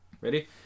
Ready